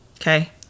Okay